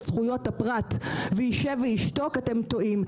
זכויות הפרט והוא ישב וישתוק - אתם טועים.